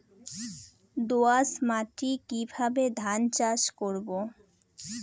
দোয়াস মাটি কিভাবে ধান চাষ করব?